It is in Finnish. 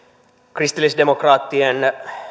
kristillisdemokraattien